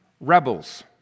rebels